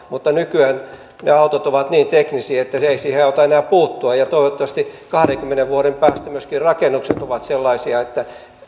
mutta nykyään ne autot ovat niin teknisiä että ei niihin auta enää puuttua ja toivottavasti kahdenkymmenen vuoden päästä myöskin rakennukset ovat sellaisia että